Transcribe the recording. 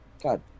God